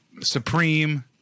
supreme